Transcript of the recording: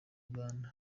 uganda